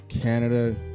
Canada